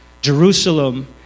Jerusalem